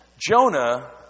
Jonah